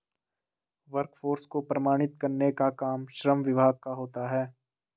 workforce को प्रमाणित करने का काम श्रम विभाग का होता है